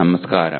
നമസ്കാരം